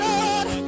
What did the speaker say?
Lord